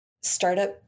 startup